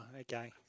okay